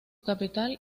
capital